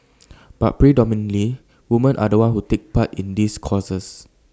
but predominantly woman are the ones who take part in these courses